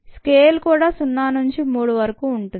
scale కూడా 0 నుంచి 3 వరకు ఉంటుంది